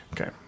Okay